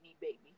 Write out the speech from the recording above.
baby